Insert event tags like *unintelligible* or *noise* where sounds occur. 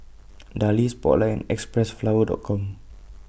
Darlie Spotlight and Xpressflower *unintelligible* Com